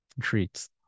treats